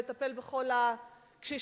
הוא מטפל בכל הקשישים,